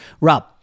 Rob